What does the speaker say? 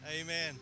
Amen